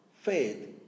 faith